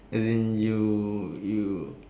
as in you you